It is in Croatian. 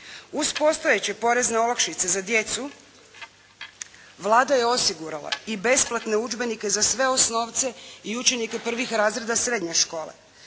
Uz postojeće porezne olakšice za djecu Vlada je osigurala i besplatne udžbenike za sve osnovce i učenike prvih razreda srednje škole,